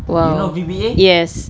!wow! yes